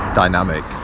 dynamic